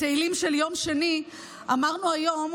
בתהילים של יום שני אמרנו היום